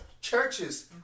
Churches